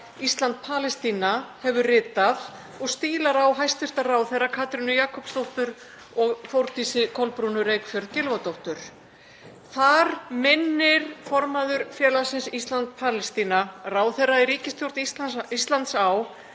Ísland – Palestína, hefur ritað og stílar á hæstv. ráðherra Katrínu Jakobsdóttur og Þórdísi Kolbrúnu Reykfjörð Gylfadóttur. Þar minnir formaður Félagsins Ísland – Palestína ráðherra í ríkisstjórn Íslands á